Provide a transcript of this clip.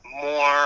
more